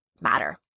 matter